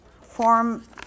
form